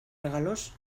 regalos